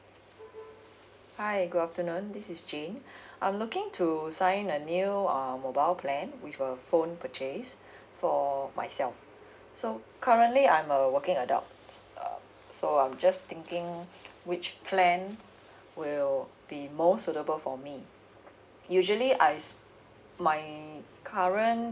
hi good afternoon this is jane I'm looking to sign a new um mobile plan with a phone purchase for myself so currently I'm a working adult uh so I'm just thinking which plan will be most suitable for me usually I my current